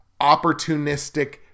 opportunistic